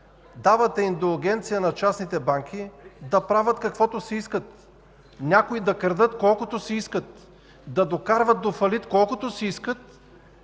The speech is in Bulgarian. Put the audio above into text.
давате индулгенция на частните банки да правят каквото си искат – някои да крадат колкото си искат, да докарват до фалит колкото си искат.